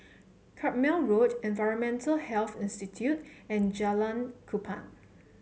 Carpmael Road Environmental Health Institute and Jalan Kupang